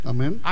Amen